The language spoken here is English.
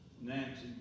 Nancy